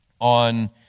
on